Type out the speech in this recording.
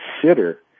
consider